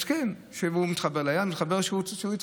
התקן שמתחבר ליד, מתחבר לאן שהוא רוצה.